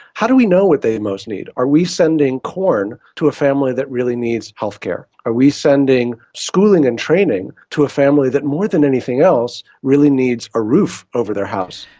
how do we know what they most need? are we sending corn to a family that really needs healthcare? are we sending schooling and training to a family that more than anything else really needs a roof over their house?